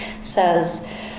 says